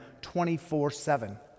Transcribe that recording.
24-7